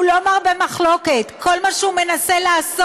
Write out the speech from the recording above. הוא לא מרבה מחלוקת, כל מה שהוא מנסה לעשות